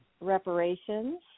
Reparations